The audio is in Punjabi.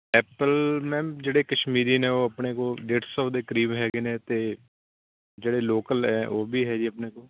ਐਪਲ ਮੈਮ ਜਿਹੜੇ ਕਸ਼ਮੀਰੀ ਨੇ ਉਹ ਆਪਣੇ ਕੋਲ ਡੇਢ਼ ਸੌ ਦੇ ਕਰੀਬ ਹੈਗੇ ਨੇ ਅਤੇ ਜਿਹੜੇ ਲੋਕਲ ਹੈ ਉਹ ਵੀ ਹੈ ਜੀ ਆਪਣੇ ਕੋਲ